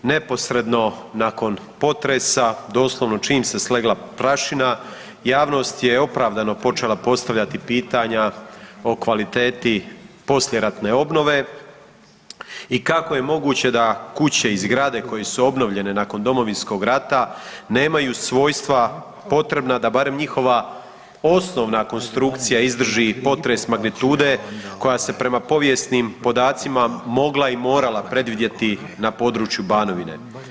Neposredno nakon potresa, doslovno čim se slegla prašina javnost je opravdano počela postavljati pitanja o kvaliteti poslijeratne obnove i kako je moguće da kuće i zgrade koje su obnovljene nakon Domovinskog rata nemaju svojstva potrebna da barem njihova osnovna konstrukcija izdrži potres magnitude koja se prema povijesnim podacima mogla i morala predvidjeti na području Banovine.